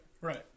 right